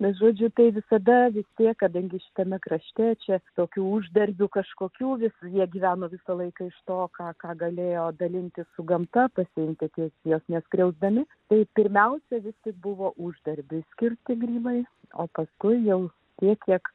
nežudžiau tai visada vis tiek kadangi šitame krašte čia tokių uždarbių kažkokių visi jie gyveno visą laiką iš to ką galėjo dalintis su gamta pasitiki jog nekrisdami į pirmiausia visi buvo uždarbį skirti grybai o paskui jau tiek